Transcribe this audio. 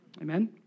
Amen